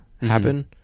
happen